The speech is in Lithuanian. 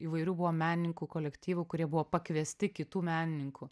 įvairių buvo menininkų kolektyvų kurie buvo pakviesti kitų menininkų